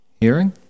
Hearing